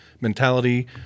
mentality